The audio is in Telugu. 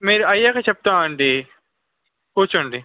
మీరు అయ్యాక చెప్తాము అండి కూర్చోండి